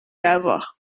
avoir